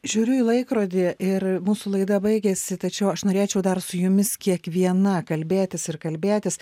žiūriu į laikrodį ir mūsų laida baigiasi tačiau aš norėčiau dar su jumis kiekviena kalbėtis ir kalbėtis